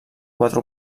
quatre